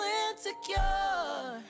insecure